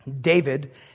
David